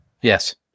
Yes